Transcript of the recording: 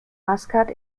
maskat